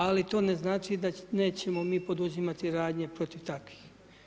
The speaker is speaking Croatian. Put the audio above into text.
Ali to ne znači da nećemo mi poduzimati radnje protiv takvih.